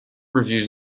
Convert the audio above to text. reviews